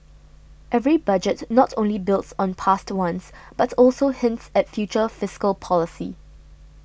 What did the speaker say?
every Budget not only builds on past ones but also hints at future fiscal policy